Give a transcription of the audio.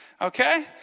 Okay